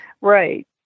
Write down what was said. Right